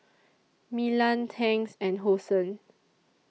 Milan Tangs and Hosen